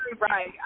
right